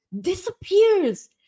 disappears